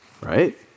right